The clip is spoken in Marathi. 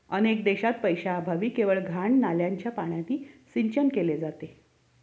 अनेक देशांत पैशाअभावी केवळ घाण नाल्याच्या पाण्याने सिंचन केले जाते